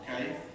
okay